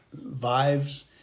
vibes